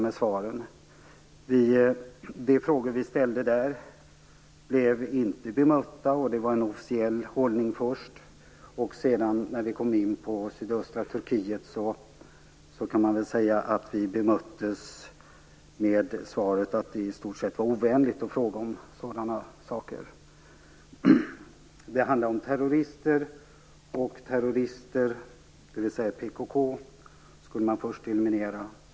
De frågor som vi ställde blev inte bemötta. Det var först en officiell hållning. När vi sedan ställde frågor om sydöstra Turkiet kan man säga att vi bemöttes med svaret att det i stort sett var ovänligt att fråga om sådana saker. Det handlade om terrorister. Och terrorister, dvs. PKK, skulle först elimineras.